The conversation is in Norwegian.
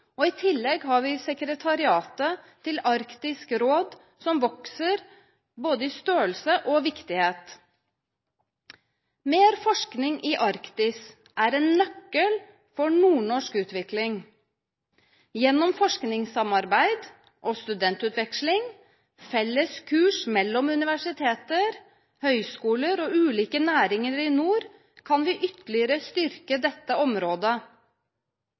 og Fiskerihøgskolen, og i tillegg har vi sekretariatet til Arktisk råd, som vokser både i størrelse og viktighet. Mer forskning i Arktis er en nøkkel for nordnorsk utvikling. Gjennom forskningssamarbeid og studentutveksling, felles kurs mellom universiteter, høyskoler og ulike næringer i nord kan vi ytterligere styrke dette området.